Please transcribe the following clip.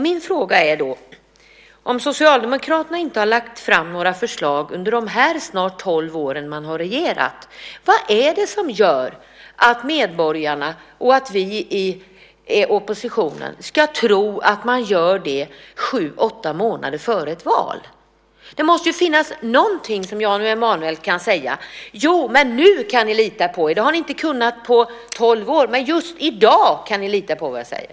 Min fråga är då: Om Socialdemokraterna inte har lagt fram några förslag under de här snart tolv åren som man har regerat, vad är det som gör att medborgarna och vi i oppositionen ska tro att man gör det sju åtta månader före ett val? Det måste ju finnas någonting som Jan Emanuel kan säga, som att nu kan ni lita på oss, det har ni inte kunnat på tolv år men just i dag kan ni lita på vad jag säger.